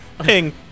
ping